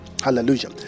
Hallelujah